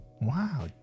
Wow